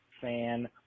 Fan